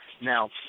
Now